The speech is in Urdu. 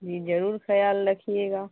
جی ضرور خیال رکھیے گا